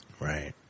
Right